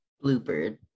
Bluebird